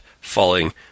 falling